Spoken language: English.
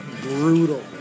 brutal